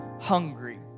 hungry